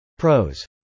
Pros